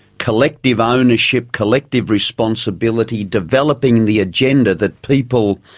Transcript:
collective ownership, collective responsibility, developing the agenda that people,